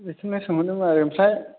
बेखौनो सोंहरदोंमोन आरो ओमफ्राय